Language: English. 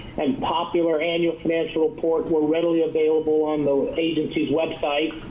and popular annual financial report were readily available on the agency's website.